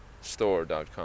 store.com